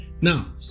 Now